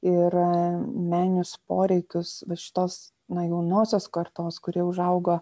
ir meninius poreikius va šitos na jaunosios kartos kuri užaugo